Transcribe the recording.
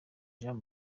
jean